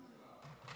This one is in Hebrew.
בבקשה.